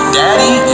daddy